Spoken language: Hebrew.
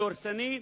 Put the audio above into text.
דורסני,